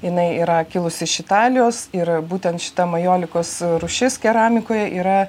jinai yra kilusi iš italijos ir būtent šita majolikos rūšis keramikoje yra